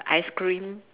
ice cream